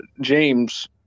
James